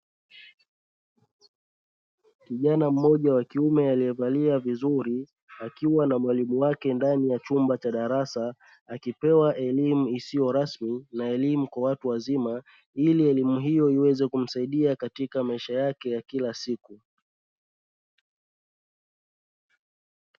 Kijana mmoja wakiume aliye valia vizuri, akiwa na mwalimu wake ndani ya chumba cha darasa akipewa elimu isiyo rasmi na elimu kwa watu wazima, ili elimu hiyo iweze kumsaidia katika maisha yake yakila siku.